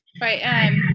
Right